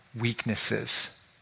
weaknesses